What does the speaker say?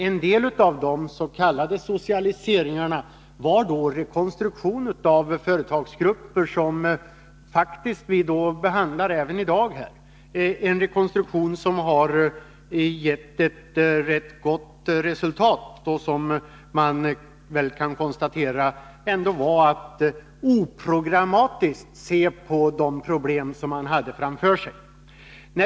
En del av de s.k. socialiseringarna var rekonstruktioner av företagsgrupper som vi faktiskt behandlar även i dag, rekonstruktioner som har gett ett rätt gott resultat. Man kan väl konstatera att det ändå innebar att se oprogrammatiskt på de problem som man hade framför sig.